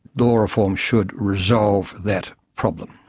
law reform should resolve that problem.